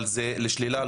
אבל זה לשלילה,